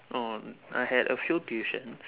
oh I had a few tuitions